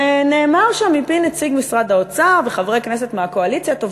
ונאמר שם מפי נציג משרד האוצר וחברי כנסת מהקואליציה: טוב,